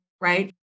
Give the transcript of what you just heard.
right